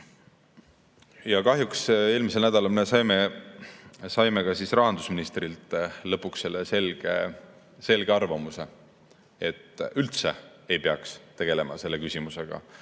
Kahjuks eelmisel nädalal me saime rahandusministrilt lõpuks selle selge arvamuse, et üldse ei peaks tegelema selle küsimusega,